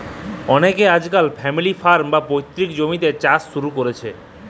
অলেকে আইজকাইল family farm বা পৈত্তিক জমিল্লে চাষট শুরু ক্যরছে